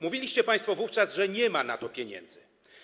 Mówiliście państwo wówczas, że nie ma na to pieniędzy.